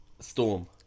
Storm